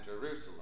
Jerusalem